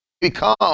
become